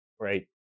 right